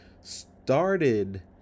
started